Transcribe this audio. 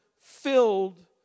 filled